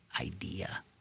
idea